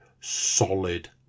solid